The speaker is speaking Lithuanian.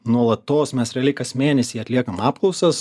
nuolatos mes realiai kas mėnesį atliekam apklausas